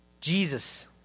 Jesus